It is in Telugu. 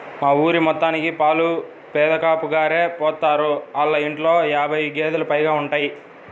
మా ఊరి మొత్తానికి పాలు పెదకాపుగారే పోత్తారు, ఆళ్ళ ఇంట్లో యాబై గేదేలు పైగా ఉంటయ్